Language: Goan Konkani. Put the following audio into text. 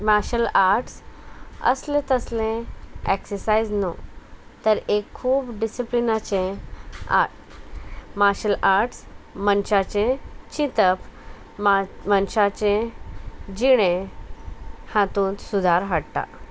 मार्शल आर्ट्स असले तसले एक्ससायज न्हू तर एक खूब डिसिप्लिनाचे आर्ट मार्शल आर्ट्स मनशाचे चिंतप मनशाचे जिणें हातूंत सुदार हाडटा